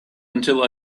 until